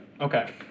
Okay